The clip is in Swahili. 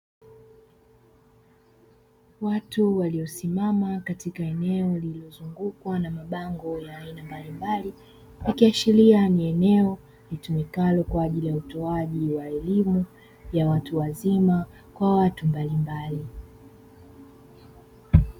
Watu waliosimama katika eneo lililozungukwa na mabango ya aina mbalimbali ikiashiria ni eneo litumikalo kwa ajili ya utoaji wa elimu ya watu wazima kwa watu mbalimbali.